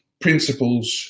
principles